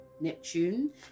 Neptune